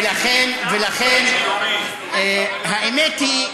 ולכן, האמת היא,